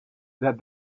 that